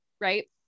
Right